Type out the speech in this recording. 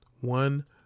One